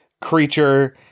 creature